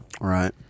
Right